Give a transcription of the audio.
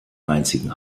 einzigen